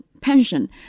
pension